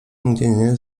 mgnienie